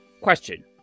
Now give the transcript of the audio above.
question